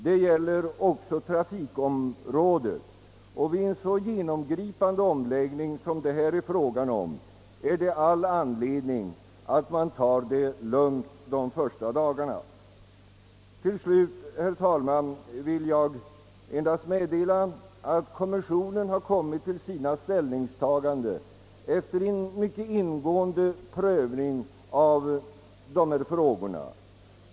Detta gäller också trafikområdet. Vid den genomgripande omläggning som det här är fråga om har man väl all: anledning att ta det lugnt de första dagarna. Till slut, herr talman, vill jag meddela att kommissionen har kommit fram till sina ställningstaganden efter en mycket ingående prövning av dessa frågor.